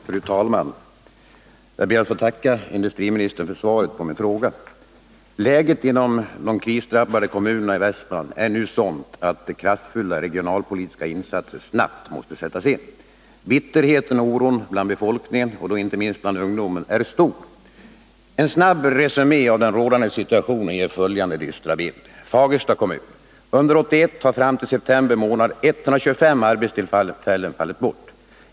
Fru talman! Jag ber att få tacka industriministern för svaret på min fråga. Läget inom de krisdrabbade kommunerna i Västmanland är nu sådant att kraftfulla regionalpolitiska insatser snabbt måste sättas in. Bitterheten och oron bland befolkningen, och då inte minst bland ungdomen, är stor. En snabb resumé av den rådande situationen ger följande dystra bild. Fagersta kommun: under 1981 har fram till september månad 122 arbetstillfällen fallit bort.